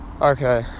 Okay